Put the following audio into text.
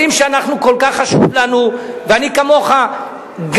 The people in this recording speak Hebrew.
אבל אני מודיע לכם